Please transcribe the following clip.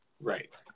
Right